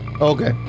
Okay